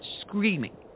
screaming